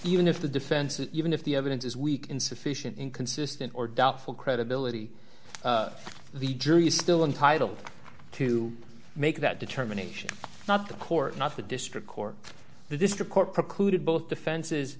even if the defense is even if the evidence is weak insufficient inconsistent or doubtful credibility the jury's still entitle to make that determination not the court not the district court the district court precluded both defenses